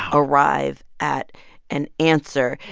ah arrive at an answer.